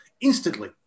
instantly